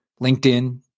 LinkedIn